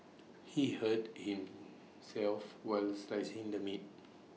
he hurt himself while slicing the meat